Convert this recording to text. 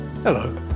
Hello